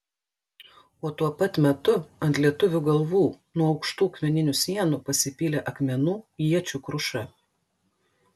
o tuo pat metu ant lietuvių galvų nuo aukštų akmeninių sienų pasipylė akmenų iečių kruša